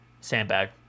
sandbag